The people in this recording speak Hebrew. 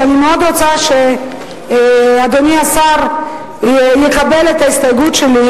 ואני מאוד רוצה שאדוני השר יקבל את ההסתייגות שלי,